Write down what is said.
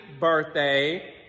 birthday